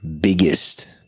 biggest